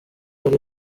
ari